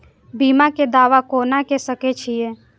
बीमा के दावा कोना के सके छिऐ?